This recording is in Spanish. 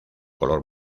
color